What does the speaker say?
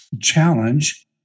challenge